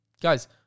Guys